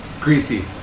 greasy